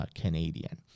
Canadian